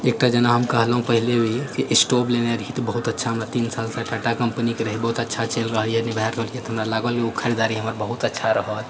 एकटा जेना हम कहलहुँ पहिले भी कि स्टोव लेने रहियै तऽ बहुत अच्छा हमरा तीन साल तक टाटा कंपनीके रहै बहुत अच्छा चलि रहल यऽ निभाए रहल यऽ तऽ हमरा लागल ओ खरीददारी हमरा बहुत अच्छा रहल